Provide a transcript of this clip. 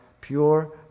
pure